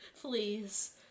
Please